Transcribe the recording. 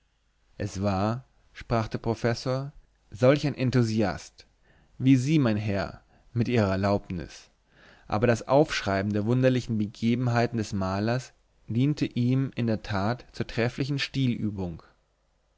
es war sprach der professor solch ein enthusiast wie sie mein herr mit ihrer erlaubnis aber das aufschreiben der wunderlichen begebenheiten des malers diente ihm in der tat zur trefflichen